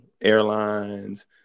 airlines